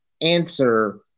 answer